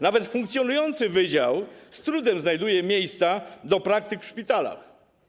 Nawet funkcjonujący wydział z trudem znajduje miejsca do praktyk w szpitalach.